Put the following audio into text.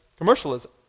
Commercialism